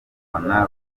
bafana